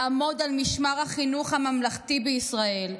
לעמוד על משמר החינוך הממלכתי בישראל.